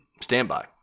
standby